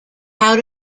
how